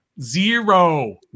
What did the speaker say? Zero